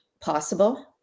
possible